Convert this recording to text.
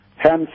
Hence